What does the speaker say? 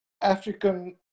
African